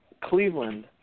Cleveland